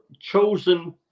chosen